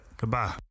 Goodbye